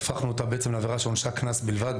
אז אנחנו הפכנו אותה לעבירה שעונשה היא קנס בלבד,